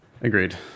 Agreed